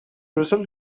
result